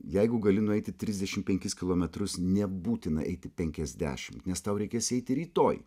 jeigu gali nueiti trisdešim penkis kilometrus nebūtina eiti penkiasdešim nes tau reikės eiti rytoj